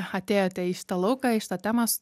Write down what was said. atėjote į šitą lauką į šitą temą